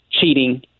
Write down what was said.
cheating